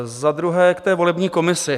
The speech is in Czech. Za druhé k volební komisi.